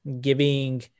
giving